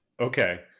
Okay